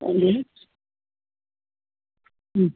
അതെ